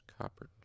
copper